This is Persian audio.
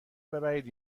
ببرید